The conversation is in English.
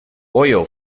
oil